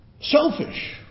selfish